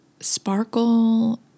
sparkle